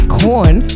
corn